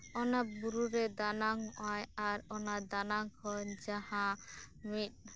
ᱚᱱᱟ ᱵᱩᱨᱩ ᱨᱮ ᱫᱟᱱᱟᱝ ᱟᱭ ᱟᱨ ᱚᱱᱟ ᱫᱟᱱᱟᱝ ᱠᱷᱚᱱ ᱡᱟᱦᱟᱸ ᱢᱤᱫ